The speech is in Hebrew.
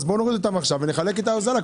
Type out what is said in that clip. אז בואו נוריד אותם עכשיו ונחלק את ההוזלה,